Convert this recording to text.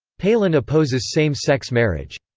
palin opposes same-sex marriage.